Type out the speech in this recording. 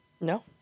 No